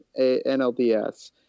NLDS